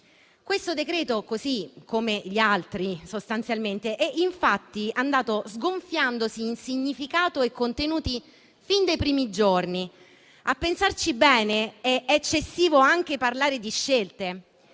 esame, così come gli altri, sostanzialmente è infatti andato sgonfiandosi in significato e contenuti fin dai primi giorni. A pensarci bene, è eccessivo anche parlare di scelte,